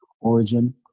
origin